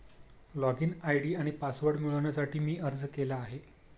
login ID आणि password मिळवण्यासाठी मी अर्ज केला आहे